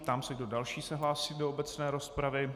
Ptám se, kdo další se hlásí do obecné rozpravy.